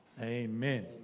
Amen